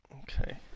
Okay